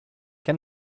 can